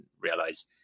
realize